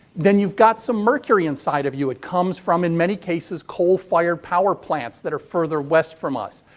then you've got some mercury inside of you. it comes from, in many cases, coal fired power plants that are further west from us.